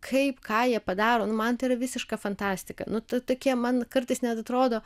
kaip ką jie padaro nu man tai yra visiška fantastika nu tai tokie man kartais net atrodo